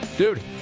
Dude